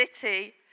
city